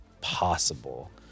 possible